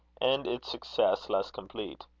and its success less complete.